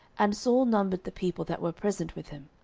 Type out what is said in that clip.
and saul numbered the people that were present with him,